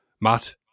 Matt